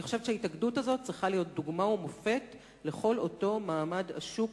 אני חושבת שההתאגדות הזאת צריכה להיות דוגמה ומופת לכל אותו מעמד עשוק,